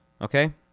Okay